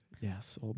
Yes